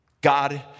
God